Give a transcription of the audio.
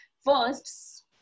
first